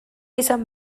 izan